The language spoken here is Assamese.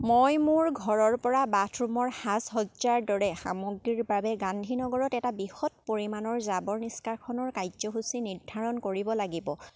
মই মোৰ ঘৰৰ পৰা বাথৰুমৰ সাজসজ্জাৰ দৰে সামগ্ৰীৰ বাবে গান্ধী নগৰত এটা বৃহৎ পৰিমাণৰ জাবৰ নিষ্কাশনৰ কাৰ্যসূচী নিৰ্ধাৰণ কৰিব লাগিব